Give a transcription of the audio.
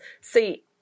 See